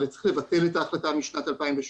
צריך לבטל את ההחלטה משנת 2017,